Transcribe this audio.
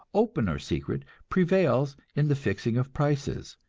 open or secret, prevails in the fixing of prices,